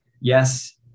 yes